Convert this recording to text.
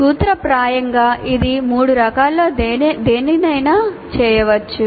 సూత్రప్రాయంగా ఇది 3 రకాల్లో దేనినైనా చేయవచ్చు